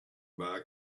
bar